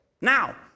Now